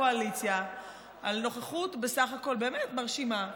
הקואליציה על נוכחות בסך הכול באמת מרשימה,